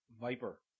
Viper